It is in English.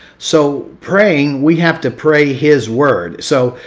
so praying, we have to pray his word. so,